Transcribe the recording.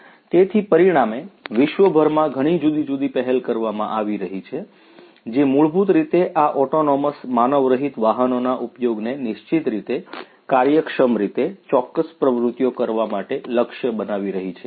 તેથી પરિણામે વિશ્વભરમાં ઘણી જુદી જુદી પહેલ કરવામાં આવી રહી છે જે મૂળભૂત રીતે આ ઓટોનોમસ માનવરહિત વાહનોના ઉપયોગને નિશ્ચિત રીતે કાર્યક્ષમ રીતે ચોક્કસ પ્રવૃત્તિઓ કરવા માટે લક્ષ્ય બનાવી રહી છે